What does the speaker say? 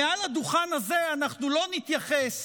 מעל הדוכן הזה אנחנו לא נתייחס